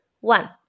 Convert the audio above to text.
One